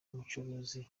umucuruzi